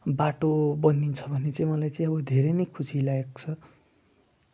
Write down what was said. बाटो बनिन्छ भने चाहिँ मलाई चाहिँ अब धेरै नै खुसी लागेको छ